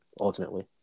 Ultimately